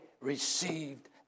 received